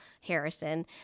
Harrison